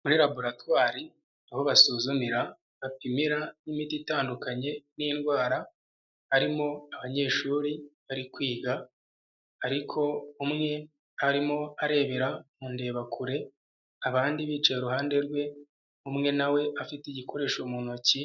Muri raboratwari aho basuzumira, bapimira n'imiti itandukanye n'indwara harimo abanyeshuri bari kwiga ariko umwe arimo arebera mundeba kure abandi bicaye iruhande rwe, umwe na we afite igikoresho mu ntoki,